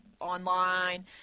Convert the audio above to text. online